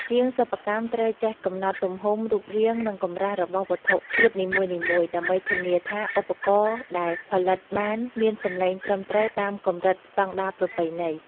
ជាងសិប្បកម្មត្រូវចេះកំណត់ទំហំ រូបរាង និងកម្រាស់របស់វត្ថុធាតុនីមួយៗ ដើម្បីធានាថាឧបករណ៍ដែលផលិតបានមានសម្លេងត្រឹមត្រូវតាមកម្រិតស្តង់ដារប្រពៃណី។